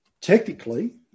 Technically